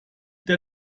der